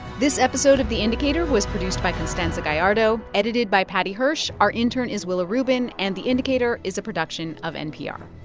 this episode of the indicator was produced by constanza gallardo, edited by paddy hirsch. our intern is willa rubin. and the indicator is a production of npr